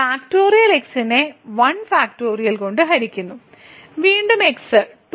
factorial x നെ 1 factorial കൊണ്ട് ഹരിക്കുന്നു വീണ്ടും x 2